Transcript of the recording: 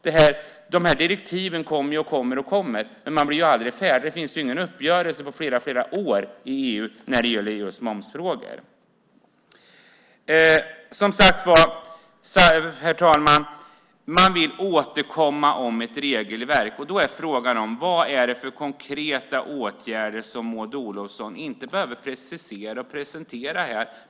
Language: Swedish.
Dessa direktiv ska komma och komma, men man blir aldrig färdig. Det finns ingen uppgörelse på flera år när det gäller EU:s momsfrågor. Herr talman! Man vill återkomma om ett regelverk. Vad är det för konkreta åtgärder, som Maud Olofsson inte behöver precisera och presentera här?